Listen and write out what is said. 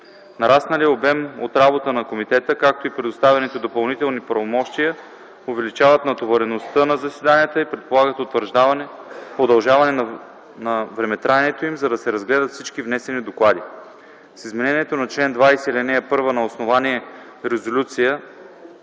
Нарасналият обем от работа на комитета, както и предоставените допълнителни правомощия увеличават натовареността на заседанията и предполагат удължаване на времетраенето им, за да се разгледат всички внесени доклади. С изменението на чл. 20, ал. 1, на основание Резолюция